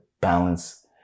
balance